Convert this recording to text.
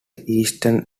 eastern